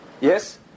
Yes